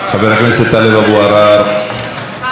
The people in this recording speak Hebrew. אינו נוכח, חברת הכנסת מיכל רוזין,